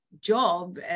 job